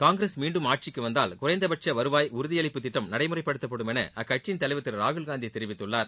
காங்கிரஸ் மீண்டும் ஆட்சிக்கு வந்தால் குறைந்தபட்ச வருவாய் உறுதியளிப்புத் திட்டம் நடைமுறைப்படுத்தப்படும் என அக்கட்சியின் தலைவர் திரு ராகுல்காந்தி தெரிவித்துள்ளார்